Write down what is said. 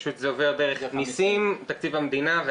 פשוט זה עובר דרך מיסים, תקציב המדינה.